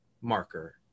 marker